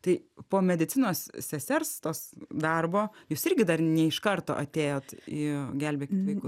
tai po medicinos sesers tos darbo jūs irgi dar ne iš karto atėjot į gelbėkit vaiku